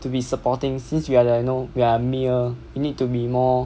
to be supporting since we are the you know we are male we need to be more